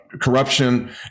corruption